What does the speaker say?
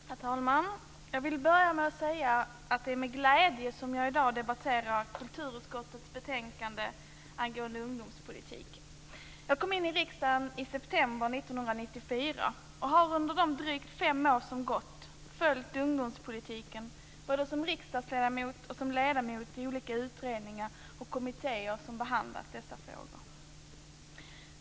Herr talman! Jag vill börja med att säga att det är med glädje jag i dag debatterar kulturutskottets betänkande angående ungdomspolitik. Jag kom in i riksdagen i september 1994, och jag har de drygt fem år som gått följt ungdomspolitiken både som riksdagsledamot och som ledamot i olika utredningar och kommittéer som behandlat dessa frågor.